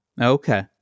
Okay